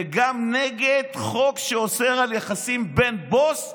וגם נגד חוק שאוסר יחסים בין בוס ועובדת.